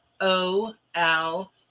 O-L